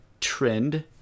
trend